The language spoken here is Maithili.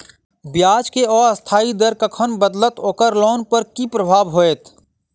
ब्याज केँ अस्थायी दर कखन बदलत ओकर लोन पर की प्रभाव होइत?